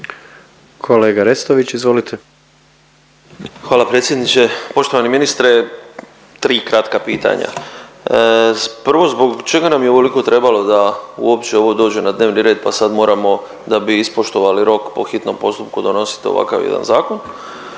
**Restović, Tonči (SDP)** Hvala predsjedniče. Poštovani ministre, tri kratka pitanja. Prvo zbog čega nam je ovoliko trebalo da uopće ovo dođe na dnevni red pa sad moramo da bi ispoštovali rok po hitnom postupku donositi ovakav jedan zakon.